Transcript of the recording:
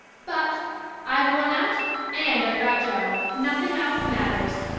but i've won out and i've got jo. nothing else matters.